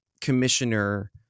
commissioner